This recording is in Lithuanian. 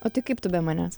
o tai kaip tu be manęs